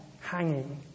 hanging